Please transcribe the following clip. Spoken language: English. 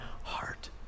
heart